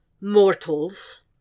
Mortals